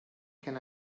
can